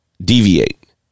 deviate